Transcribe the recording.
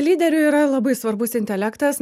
lyderiui yra labai svarbus intelektas